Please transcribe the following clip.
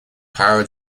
power